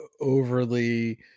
overly